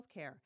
healthcare